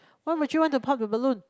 why would you want to pop the balloon